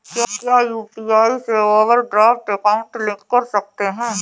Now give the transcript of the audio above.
क्या यू.पी.आई से overdraft account link कर सकते हैं?